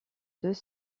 deux